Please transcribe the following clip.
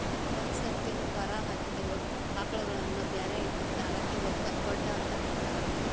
ಒಂದ್ ಸರ್ತಿನು ಕರಾ ಹಾಕಿದಿರೋ ಆಕಳಗಳನ್ನ ಬ್ಯಾರೆ ಇಟ್ಟಿರ್ತಾರ ಇವಕ್ಕ್ ಗೊಡ್ಡ ಅಂತ ಕರೇತಾರ